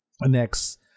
Next